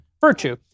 virtue